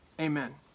Amen